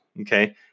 Okay